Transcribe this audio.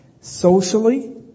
Socially